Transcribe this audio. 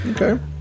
okay